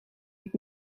niet